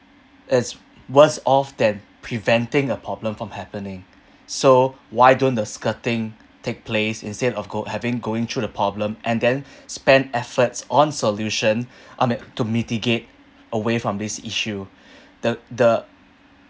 is worse off than preventing a problem from happening so why don't the skirting take place instead of go~ having going through the problem and then spend efforts on solution I mean to mitigate away from this issue the the